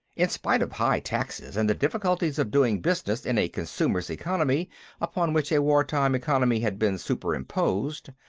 in spite of high taxes and the difficulties of doing business in a consumers' economy upon which a war-time economy had been superimposed,